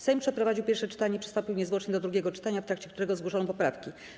Sejm przeprowadził pierwsze czytanie i przystąpił niezwłocznie do drugiego czytania, w trakcie którego złożono poprawki.